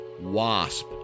Wasp